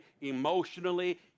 emotionally